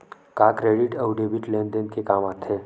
का क्रेडिट अउ डेबिट लेन देन के काम आथे?